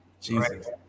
Jesus